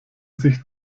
sich